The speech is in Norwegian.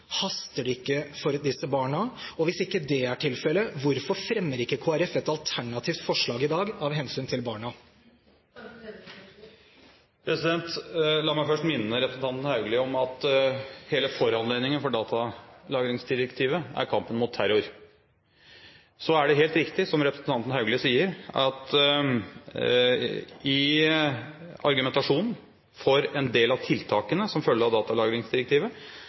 Haster det ikke for disse barna? Og hvis ikke det er tilfellet, hvorfor fremmer ikke Kristelig Folkeparti et alternativt forslag i dag av hensyn til barna? La meg først minne representanten Haugli om at hele foranledningen for datalagringsdirektivet er kampen mot terror. Så er det helt riktig som representanten Haugli sier, at i argumentasjonen for en del av tiltakene som følge av datalagringsdirektivet